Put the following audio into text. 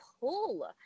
pull